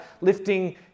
lifting